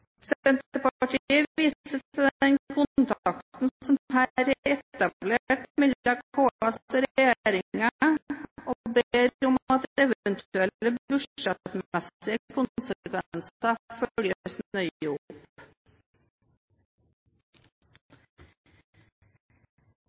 til den kontakten som her er etablert mellom KS og regjeringen, og ber om at